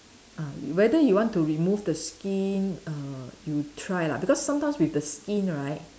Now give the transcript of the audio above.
ah whether you want to remove the skin err you try lah because sometimes with the skin right